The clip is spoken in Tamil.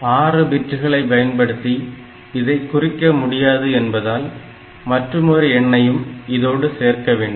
6 பிட்டுகளை பயன்படுத்தி இதை குறிக்க முடியாது என்பதால் மற்றுமொரு எண்ணையும் இதோடு சேர்க்க வேண்டும்